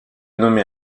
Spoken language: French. nommé